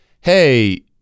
hey